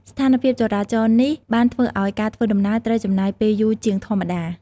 ស្ថានភាពចរាចរណ៍នេះបានធ្វើឱ្យ ការធ្វើដំណើរត្រូវចំណាយពេលយូរជាងធម្មតា។